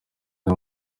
nka